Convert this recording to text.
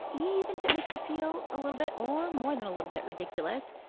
even if it makes you feel a little bit or more than a little bit ridiculous,